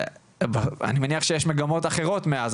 אני מניח שיש מגמות אחרות מאז.